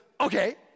okay